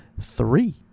three